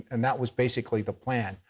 and that was basically the plan.